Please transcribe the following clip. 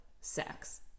sex